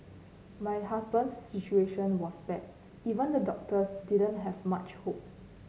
my husband's situation was bad even the doctors didn't have much hope